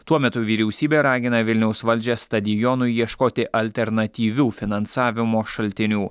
tuo metu vyriausybė ragina vilniaus valdžią stadionui ieškoti alternatyvių finansavimo šaltinių